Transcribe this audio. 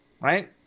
right